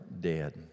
dead